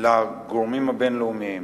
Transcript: לגורמים הבין-לאומיים